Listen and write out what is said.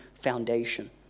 foundation